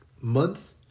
month